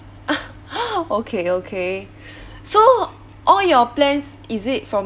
okay okay so all your plans is it from